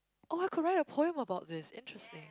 oh I could write a poem about this interesting